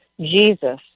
Jesus